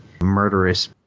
murderous